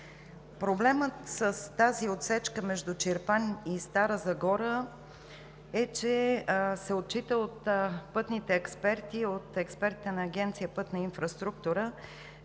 Проблемът с тази отсечка между Чирпан и Стара Загора е, че се отчита от пътните експерти, от експертите на Агенция „Пътна инфраструктура“,